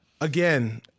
again